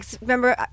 remember